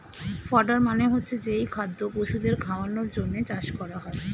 fodder মানে হচ্ছে যেই খাদ্য পশুদের খাওয়ানোর জন্যে চাষ করা হয়